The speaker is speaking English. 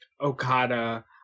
Okada